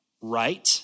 right